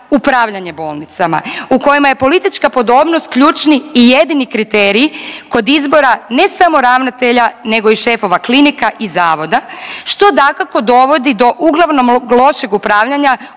upravljanje bolnicama u kojima je politička podobnost ključni i jedini kriterij kod izbora ne samo ravnatelja nego i šefova klinika i zavoda što dakako dovodi do uglavnom lošeg upravljanja